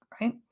right